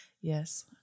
Yes